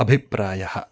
अभिप्रायः